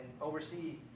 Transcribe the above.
oversee